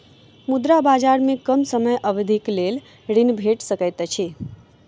मुद्रा बजार में कम समय अवधिक लेल ऋण भेट सकैत अछि